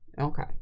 Okay